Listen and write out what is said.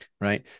right